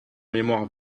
mémoire